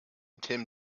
tim